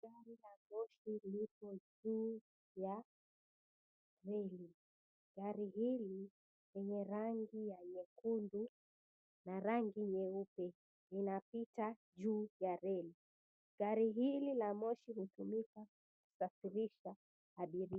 Gari la moshi lipo juu ya reli. Gari hili lenye rangi ya nyekundu na rangi nyeupe linapita juu ya reli. Gari hili la moshi linatumika kusafirisha abiria.